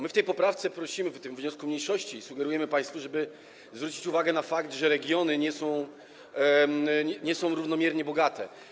My w tej poprawce prosimy, w tym wniosku mniejszości sugerujemy państwu, żeby zwrócić uwagę na fakt, że regiony nie są równomiernie bogate.